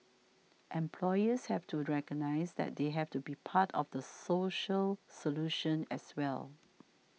employers have to recognise that they have to be part of the social solution as well